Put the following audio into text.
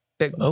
big